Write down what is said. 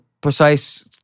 precise